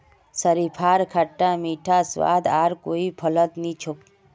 शरीफार खट्टा मीठा स्वाद आर कोई फलत नी छोक